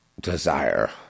desire